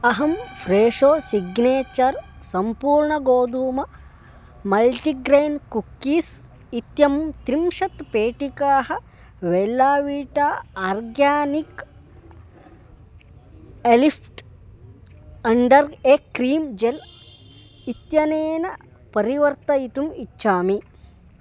अहं Fresho signature सम्पूर्णगोधूमः multigrain cookies इत्ययं त्रिंशत् पेटिकाः Vella Vita organic A lift under eye cream gel इत्यनेन परिवर्तयितुम् इच्छामि